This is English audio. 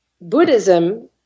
Buddhism